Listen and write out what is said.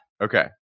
Okay